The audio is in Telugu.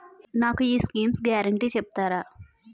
నాకు ఈ స్కీమ్స్ గ్యారంటీ చెప్తారా?